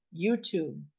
YouTube